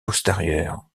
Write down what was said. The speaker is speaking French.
postérieure